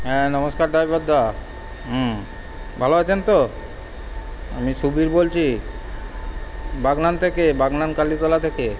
হ্যাঁ নমস্কার ড্রাইভার দা হুম ভালো আছেন তো আমি সুবীর বলছি বাগনান থেকে বাগনান কালীতলা থেকে